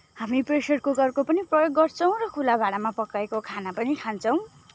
हामी प्रेसर कुकरको पनि प्रयोग गर्छौँ र खुल्ला भाँडामा पकाएको खाना पनि खान्छौँ